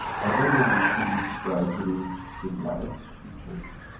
and then when you achieve it gradually in life, you change.